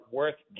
worth